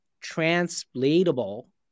translatable